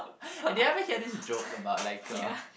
did you ever hear this joke about like a